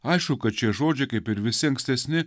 aišku kad šie žodžiai kaip ir visi ankstesni